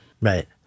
Right